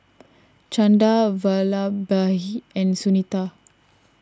Chanda Vallabhbhai and Sunita